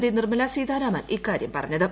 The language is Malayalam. ്നിർമ്മല സീതാരാമൻ ഇക്കാര്യം പറഞ്ഞത്